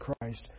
Christ